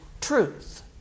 truth